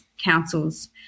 councils